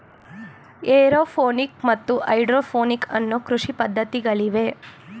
aeroponic ಮತ್ತು hydroponic ಅನ್ನೂ ಕೃಷಿ ಪದ್ಧತಿಗಳಿವೆ